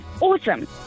Awesome